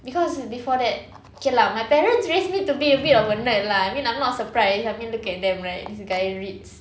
because before that okay lah my parents raised me to be a bit of a nerd lah I mean I'm not surprised I mean look at them right this guy reads